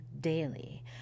daily